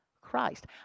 Christ